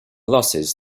losses